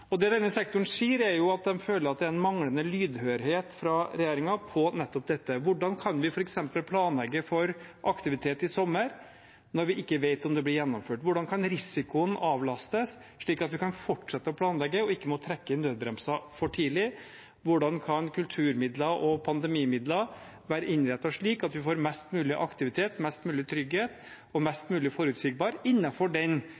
det. Det denne sektoren sier, er at de føler at det er en manglende lydhørhet fra regjeringen på nettopp dette: Hvordan kan vi f.eks. planlegge for aktivitet i sommer når vi ikke vet om det blir gjennomført? Hvordan kan risikoen avlastes, slik at vi kan fortsette å planlegge og ikke må trekke i nødbremsen for tidlig? Hvordan kan kulturmidler og pandemimidler være innrettet slik at vi får mest mulig aktivitet, mest mulig trygghet og mest mulig forutsigbarhet innenfor den